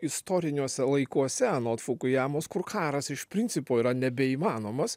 istoriniuose laikuose anot fukujamos kur karas iš principo yra nebeįmanomas